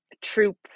troop